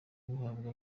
guhabwa